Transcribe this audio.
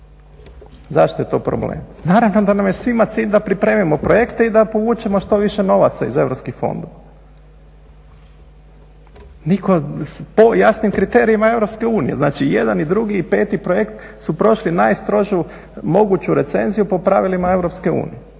Zašto je to problem? Naravno da nam je svima cilj da pripremimo projekte i da povučemo što više novaca iz europskih fondova po jasnim kriterijima EU. Znači, i jedan i drugi i peti projekt su prošlo najstrožu moguću recenziju po pravilima EU.